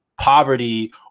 poverty